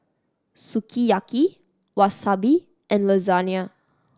Sukiyaki Wasabi and Lasagna